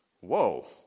Whoa